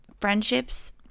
friendships